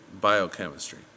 biochemistry